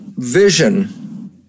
Vision